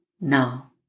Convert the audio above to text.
now